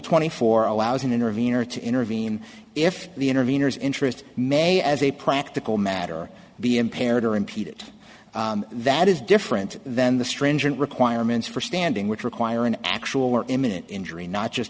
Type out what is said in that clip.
twenty four allows an intervener to intervene if the interveners interest may as a practical matter be impaired or impede it that is different than the stringent requirements for standing which require an actual or imminent injury not just